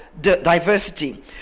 diversity